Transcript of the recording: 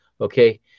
okay